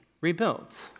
rebuilt